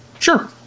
sure